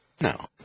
No